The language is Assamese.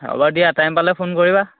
হ'ব দিয়া টাইম পালে ফোন কৰিবা